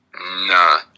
Nah